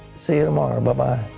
see you tomorrow, but